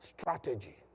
strategy